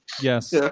yes